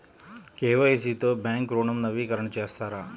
KYC తో bank ఋణం నవీకరణ చేస్తారా?